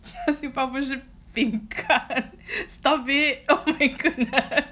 叉烧包不是饼干 how did it oh my goodness